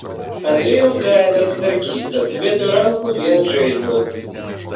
andrejaus veidas sudarkytas vietoj rankų vien žaizdos